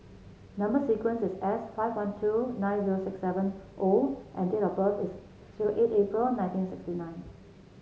number sequence is S five one two nine zero six seven O and date of birth is zero eight April nineteen sixty nine